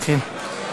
כן.